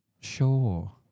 Sure